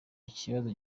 ibibazo